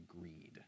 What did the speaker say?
greed